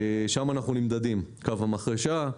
שם אנחנו נמדדים קו המחרשה,